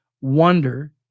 wonder